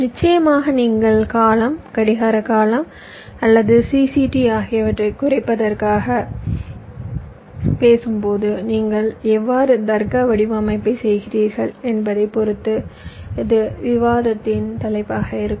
நிச்சயமாக நீங்கள் காலம் கடிகார காலம் அல்லது CCT ஆகியவற்றைக் குறைப்பதைப் பற்றி பேசும்போது நீங்கள் எவ்வாறு தர்க்க வடிவமைப்பைச் செய்கிறீர்கள் என்பதைப் பொறுத்தது இது விவாதத்தின் தலைப்பாக இருக்கும்